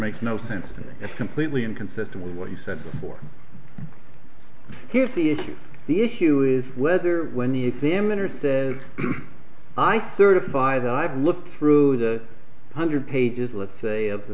makes no sense and it's completely inconsistent with what you said before here's the issue the issue is whether when the examiner says i thirty five and i've looked through the hundred pages let's say of the